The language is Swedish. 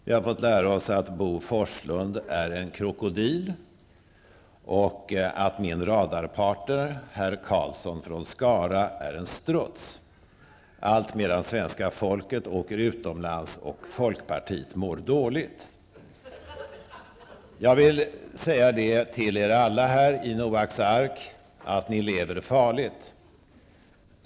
Vi har fått lära oss att Bo Forslund är en krokodil, och att min radarpartner, herr Karlsson från Skara, är en struts -- allt medan svenska folket åker utomlands och folkpartiet mår dåligt. Jag vill säga till alla här i Noaks ark att ni lever farligt.